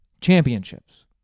championships